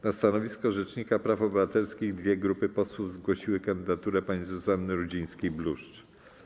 Na stanowisko rzecznika praw obywatelskich dwie grupy posłów zgłosiły kandydaturę pani Zuzanny Rudzińskiej-Bluszcz.